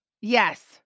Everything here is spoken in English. Yes